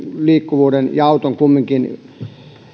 liikkuvuuden ja auton